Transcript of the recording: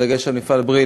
בדגש על מפעל נעלי "בריל",